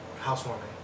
housewarming